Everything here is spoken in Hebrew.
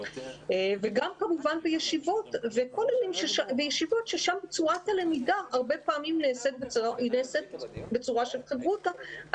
וגם כמובן בישיבות ששם צורת הלמידה הרבה פעמים נעשית בצורה של חברותא,